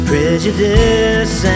Prejudice